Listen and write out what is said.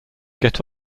get